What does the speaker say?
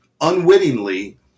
unwittingly